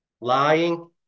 Lying